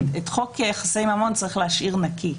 חוק יחסי ממון צריך להשאיר נקי.